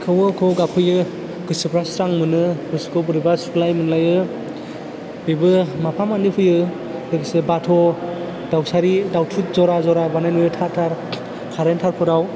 खौवौ खौवौ गाबफैयो गोसोफ्रा स्रां मोनो गोसोखौ बोरैबा सुग्लाय मोनलायो बेबो माफा मानै फैयो लोगोसे बाथ' दाउसारि दाउथु जरा जरा बानाय नुयो कारेन्ट थारफोराव